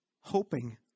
Hoping